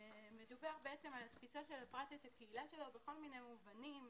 מדובר על התפיסה של הפרט את הקהילה שלו בכל מיני מובנים,